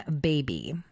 baby